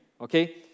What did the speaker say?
okay